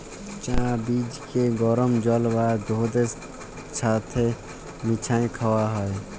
চাঁ বীজকে গরম জল বা দুহুদের ছাথে মিশাঁয় খাউয়া হ্যয়